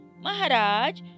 Maharaj